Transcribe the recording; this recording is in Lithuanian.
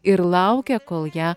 ir laukia kol ją